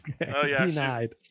Denied